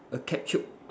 a capsule